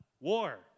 War